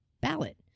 ballot